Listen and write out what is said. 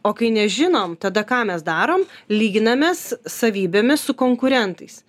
o kai nežinom tada ką mes darom lyginamės savybėmis su konkurentais